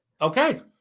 Okay